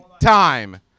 time